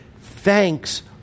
thanks